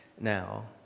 now